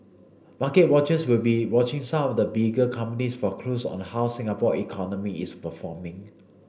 market watchers will be watching some the bigger companies for clues on how Singapore economy is performing